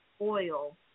oil